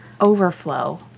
overflow